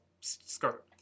skirt